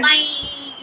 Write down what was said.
Bye